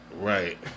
Right